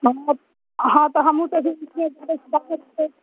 हँ हँ तऽ हमहुँ तऽ मे गबैत छियै